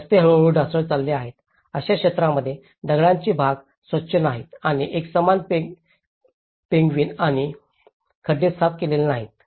रस्ते हळूहळू ढासळत चालले आहेत अशा क्षेत्रामध्ये दगडांचे भाग स्वच्छ नाहीत आणि एकसमान पेविंग आणि खड्डे साफ केलेले नाहीत